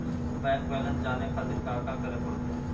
Bank balance जाने खातिर काका करे पड़तई?